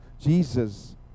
Jesus